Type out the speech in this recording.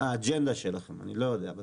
האג'נדה שלכם, אני לא יודע, אבל